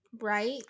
right